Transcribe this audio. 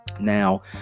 Now